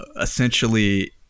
essentially